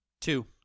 two